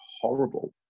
horrible